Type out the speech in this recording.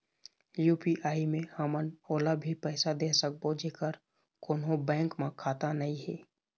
UPI मे हमन ओला भी पैसा दे सकबो जेकर कोन्हो बैंक म खाता नई हे?